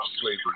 slavery